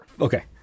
Okay